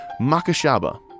Makashaba